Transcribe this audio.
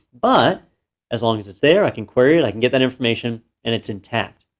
but as long as it's there, i can query it, i can get that information, and it's intact.